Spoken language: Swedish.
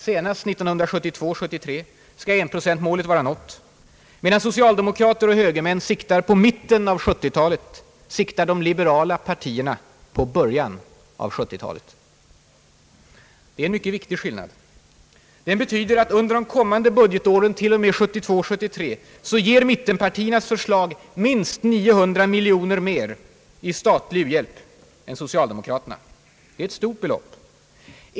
Senast 1972 73 ger minst 900 miljoner kronor mer i statlig u-hjälp än socialdemokraternas. Det är ett stort belopp.